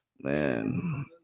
Man